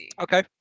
Okay